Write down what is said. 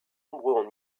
nombreux